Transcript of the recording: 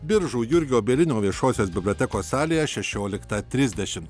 biržų jurgio bielinio viešosios bibliotekos salėje šešioliktą trisdešim